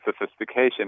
sophistication